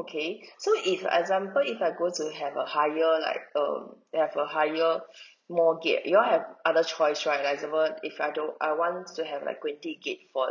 okay so if example if I go to have a higher like um to have a higher more gig you all have other choice right like example if I don't I want to have like twenty gig for